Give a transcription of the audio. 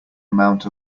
amount